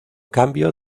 cambio